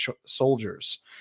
Soldiers